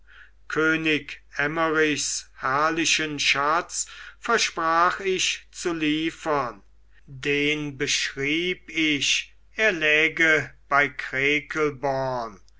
könig emmerichs herrlichen schatz versprach ich zu liefern den beschrieb ich er läge bei